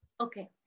Okay